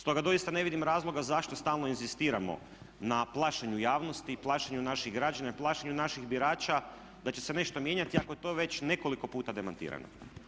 Stoga doista ne vidim razloga zašto stalno inzistiramo na plašenju javnosti, na plašenju naših građana i plašenju naših birača da će se nešto mijenjati ako je to već nekoliko puta demantirano?